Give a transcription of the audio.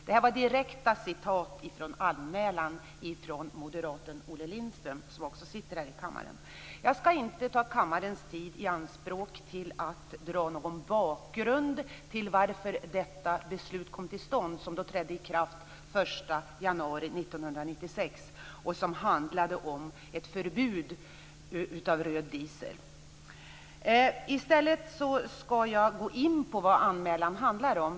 Så står det i KU-anmälan från moderaten Olle Lindström, som också befinner sig här i kammaren. Jag skall inte ta kammarens tid i anspråk för att redogöra för bakgrunden till varför det beslut som trädde i kraft den 1 januari 1996 kom till stånd och som innebar ett förbud mot röd diesel. I stället skall jag gå in på det som anmälan handlar om.